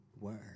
word